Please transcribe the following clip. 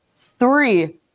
three